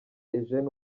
eugène